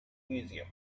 museum